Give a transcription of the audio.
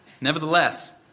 nevertheless